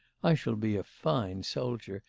i shall be a fine soldier,